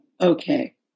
okay